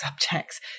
subjects